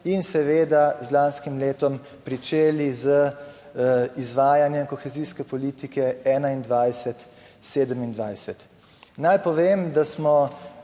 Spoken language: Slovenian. in z lanskim letom pričeli z izvajanjem kohezijske politike 2021-2027. Naj povem, da smo